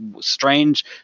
strange